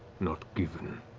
not given.